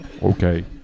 Okay